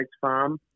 farm